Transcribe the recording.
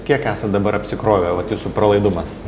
kiek esat dabar apsikrovę vat jūsų pralaidumas